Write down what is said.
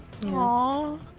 Aww